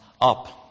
up